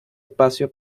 espacio